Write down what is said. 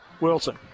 Wilson